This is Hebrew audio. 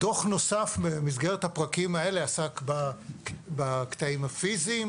דוח נוסף במסגרת הפרקים האלה עסק בקטעים הפיזיים,